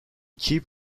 keep